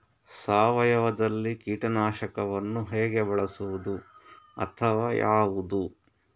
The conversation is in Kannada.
ಸಾವಯವದಲ್ಲಿ ಕೀಟನಾಶಕವನ್ನು ಹೇಗೆ ಬಳಸುವುದು ಅಥವಾ ಯಾವುದು?